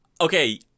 Okay